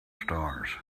stars